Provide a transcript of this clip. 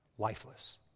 lifeless